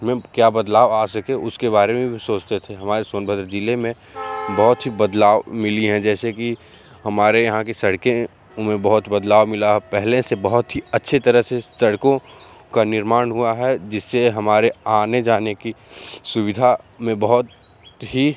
में क्या बदलाव आ सके उसके बारे में भी सोचते थे हमारे सोनभद्र ज़िले में बहुत सी बदलाव मिला है जैसे कि हमारे यहाँ की सड़कों में बहुत बदलाव मिला हो पहले से बहुत ही अच्छे तरह से सड़कों का निर्माण हुआ है जिससे हमारे आने जाने की सुविधा में बहुत ही